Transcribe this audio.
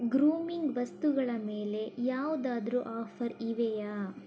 grooming ವಸ್ತುಗಳ ಮೇಲೆ ಯಾವುದಾದ್ರು ಆಫರ್ ಇವೆಯಾ